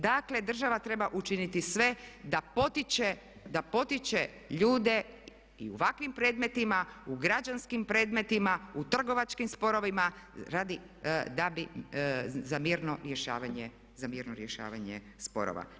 Dakle, država treba učiniti sve da potiče ljude i u ovakvim predmetima, u građanskim predmetima, u trgovačkim sporovima radi, da bi, za mirno rješavanje sporova.